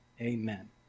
Amen